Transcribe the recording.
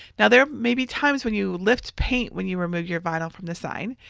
now there may be times when you lift paint when you remove your vinyl from the sign.